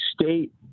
state